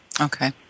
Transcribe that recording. Okay